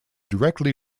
directly